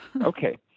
Okay